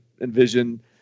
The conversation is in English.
envision